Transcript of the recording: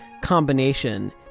combination